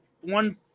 one